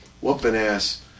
whooping-ass